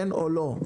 כן או לא?